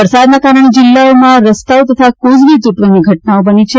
વરસાદના કારણે જિલ્લામાં રસ્તાઓ કોઝ વે તૂટવાની ઘટનાઓ બની છે